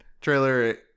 trailer